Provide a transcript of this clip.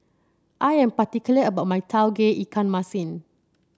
I am particular about my Tauge Ikan Masin